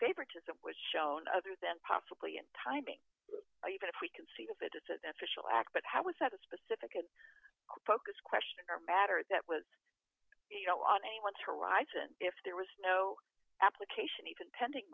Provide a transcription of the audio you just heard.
favoritism was shown other than possibly in timing or even if we can see if it is at that social act but how was that a specific focus question or a matter that was you know on anyone's horizon if there was no application even pending